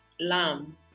lamb